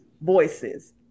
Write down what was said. voices